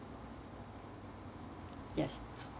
yes